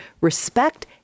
respect